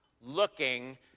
looking